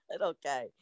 okay